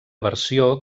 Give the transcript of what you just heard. versió